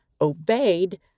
obeyed